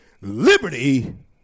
liberty